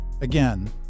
again